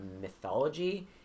mythology